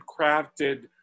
crafted